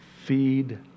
feed